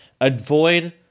avoid